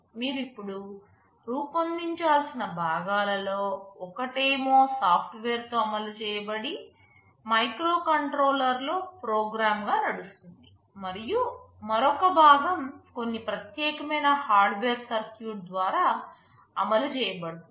మీరు ఇప్పుడు రూపొందించాల్సిన భాగాలలో ఒకటే మో సాఫ్టువేర్ తో అమలు చేయబడి మైక్రోకంట్రోలర్లో ప్రోగ్రామ్గా నడుస్తుందిమరియు మరొక భాగం కొన్ని ప్రత్యేకమైన హార్డ్వేర్ సర్క్యూట్ ద్వారా అమలు చేయబడుతుంది